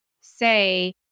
say